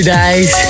days